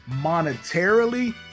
monetarily